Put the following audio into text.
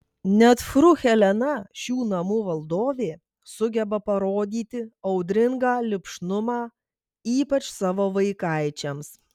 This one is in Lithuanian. net fru helena šių namų valdovė sugeba parodyti audringą lipšnumą ypač savo vaikaičiams